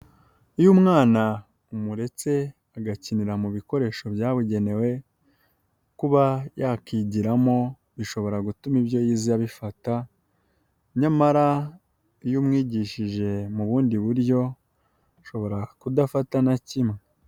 Iyo umwana umuretse agakinira mu bikoresho byabugenewe, kuba yakigiramo bishobora gutuma ibyo yize abifata, nyamara iyo umwigishije mu bundi buryo ashobora kudafata na kimwe.